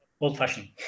old-fashioned